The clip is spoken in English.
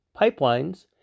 pipelines